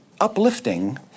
uplifting